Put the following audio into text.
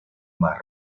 más